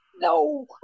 No